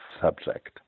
subject